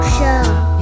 Show